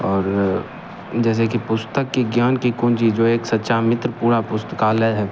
और जैसे कि पुस्तक की ज्ञान की कुंजी जो एक सच्चा मित्र पूरा पुस्तकालय है